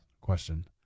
question